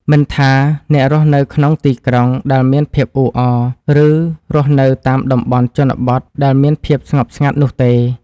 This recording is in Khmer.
មិនថាអ្នករស់នៅក្នុងទីក្រុងដែលមានភាពអ៊ូអរ ឬ រស់នៅតាមតំបន់ជនបទដែលមានភាពស្ងប់ស្ងាត់នោះទេ។